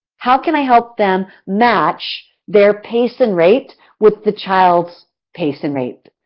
how can i help them match their pace and rate with the child's pace and rate?